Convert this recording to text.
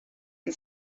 and